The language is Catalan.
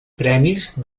premis